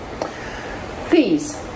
Please